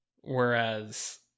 Whereas